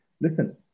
listen